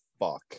fuck